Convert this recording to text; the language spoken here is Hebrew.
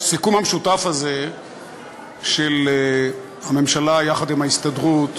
שהסיכום המשותף הזה של הממשלה עם ההסתדרות,